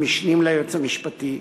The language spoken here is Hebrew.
המשנים ליועץ המשפטי,